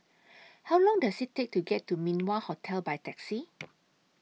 How Long Does IT Take to get to Min Wah Hotel By Taxi